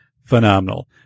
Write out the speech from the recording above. phenomenal